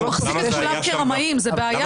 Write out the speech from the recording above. הוא כאילו מחזיק את כולם כרמאים - זו בעיה.